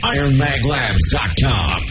IronMagLabs.com